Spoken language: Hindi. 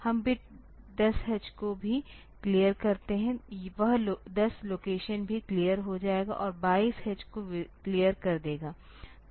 हम बिट 10H को भी क्लियर करते हैं वह 10 लोकेशन भी क्लियर हो जाएगा और 22 H को क्लियर कर देगा